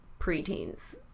preteens